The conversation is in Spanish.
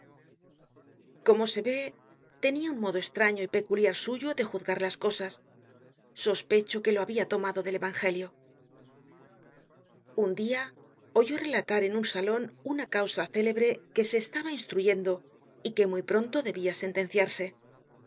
como se vé tenia un modo estraño y peculiar suyo de juzgar las cosas sospecho que lo habia tomado del evangelio un dia oyó relatar en un salon una causa célebre que se estaba instruyendo y que muy pronto debia sentenciarse un